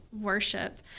worship